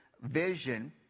vision